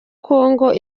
congo